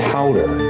Powder